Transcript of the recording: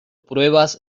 pruebas